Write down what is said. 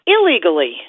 illegally